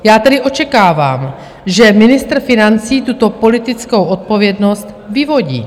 Já tedy očekávám, že ministr financí tuto politickou odpovědnost vyvodí.